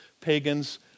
pagans